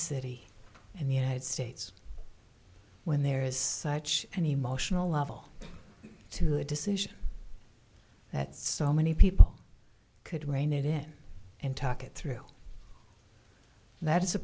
city in the united states when there is such an emotional level to a decision that so many people could rein it in and talk it through that it's a